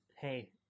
hey